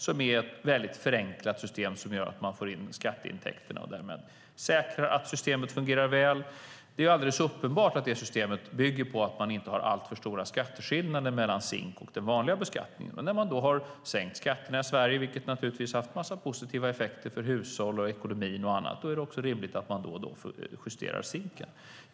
Det är ett väldigt förenklat system som gör att man får in skatteintäkterna och därmed säkrar att systemet fungerar väl. Det är alldeles uppenbart att det systemet bygger på att det inte är alltför stora skatteskillnader mellan SINK och den vanliga beskattningen. När man då har sänkt skatterna i Sverige, vilket naturligtvis har haft en massa positiva effekter för hushåll, ekonomi och annat, är det också rimligt att man då och då justerar SINK:en.